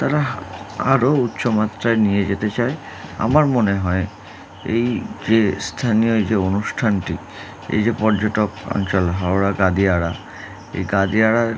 তারা আরও উচ্চমাত্রায় নিয়ে যেতে চায় আমার মনে হয় এই যে স্থানীয় যে অনুষ্ঠানটি এই যে পর্যটক অঞ্চল হাওড়া গাদিয়াড়া এই গাঁদিয়াড়ার